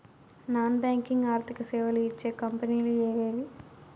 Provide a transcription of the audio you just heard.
Non banking ఆర్థిక సేవలు ఇచ్చే కంపెని లు ఎవేవి?